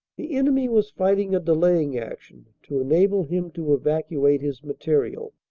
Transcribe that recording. the enemy was fighting a delaying action, to enable him to evacuate his material.